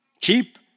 Keep